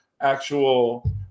actual